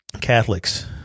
Catholics